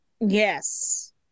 Yes